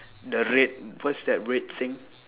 the red what's that red thing